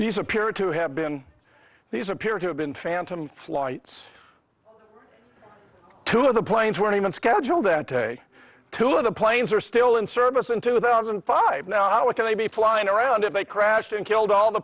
these appeared to have been these appear to have been phantom flights two of the planes weren't even scheduled that day two of the planes are still in service in two thousand and five now how it can they be flying around if they crashed and killed all the